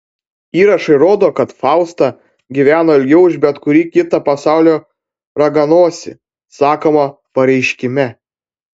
įrašai rodo kad fausta gyveno ilgiau už bet kurį kitą pasaulio raganosį sakoma pareiškime